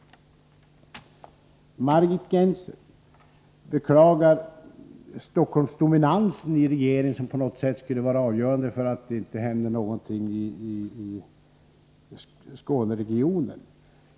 Margit Gennser beklagar Stockholmsdominansen i regeringen och menar att denna på något sätt skulle vara avgörande för att det inte händer någonting i Skåneregionen.